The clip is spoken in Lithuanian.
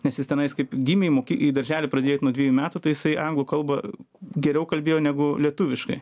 nes jis tenais kaip gimė moki į darželį pradėjo eit nuo dvejų metų tai jisai anglų kalba geriau kalbėjo negu lietuviškai